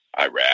Iraq